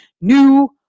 new